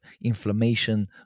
inflammation